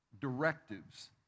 directives